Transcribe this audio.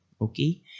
Okay